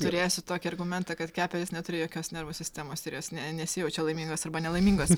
turėsiu tokį argumentą kad kepenys neturi jokios nervų sistemos ir jos ne nesijaučia laimingos arba nelaimingos